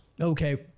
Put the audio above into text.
Okay